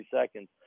seconds